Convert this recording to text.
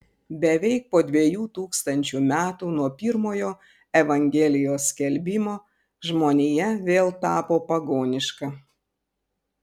beveik po dviejų tūkstančių metų nuo pirmojo evangelijos skelbimo žmonija vėl tapo pagoniška